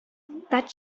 that